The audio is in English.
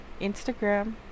Instagram